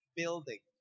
building